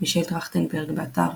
מישל טרכטנברג, באתר